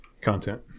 content